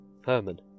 Herman